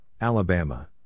Alabama